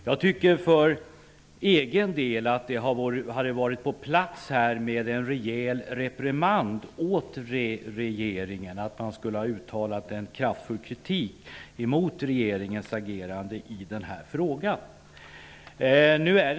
Jag tycker för egen del att det hade varit på sin plats att ge regeringen en rejäl reprimand. Man skulle ha uttalat en kraftfull kritik mot regeringens agerande i den här frågan.